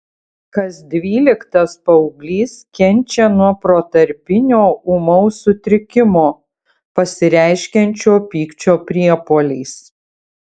kas dvyliktas paauglys kenčia nuo protarpinio ūmaus sutrikimo pasireiškiančio pykčio priepuoliais